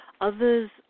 Others